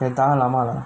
can tahan lama lah